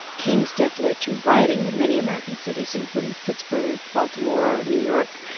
king's death led to rioting in many american cities, including pittsburgh, baltimore, new york,